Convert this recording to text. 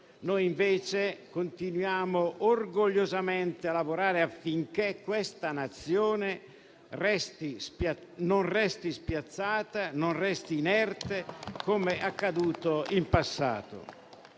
Noi invece continuiamo orgogliosamente a lavorare affinché questa Nazione non resti spiazzata o inerte, come è accaduto in passato.